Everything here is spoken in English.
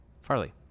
Farley